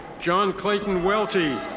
john clayton welty.